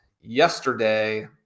yesterday